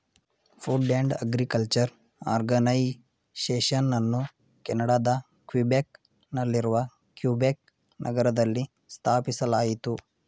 food and agriculture ಆರ್ಗನೈಸೇಷನನ್ನು ಕೆನಡಾದ Quebec ನಲ್ಲಿರುವ ಕ್ಯುಬೆಕ್ ನಗರದಲ್ಲಿ ಸ್ಥಾಪಿಸಲಾಯಿತು